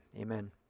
Amen